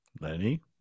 Lenny